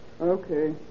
Okay